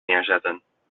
neerzetten